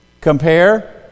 Compare